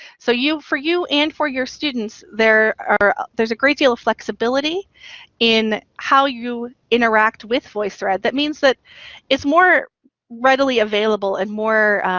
so you, for you and for your students, there are, there's a great deal of flexibility in how you interact with voicethread. that means that it's more readily available and more,